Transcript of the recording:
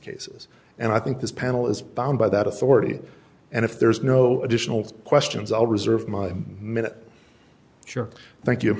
cases and i think this panel is bound by that authority and if there's no additional questions i'll reserve my minute sure thank you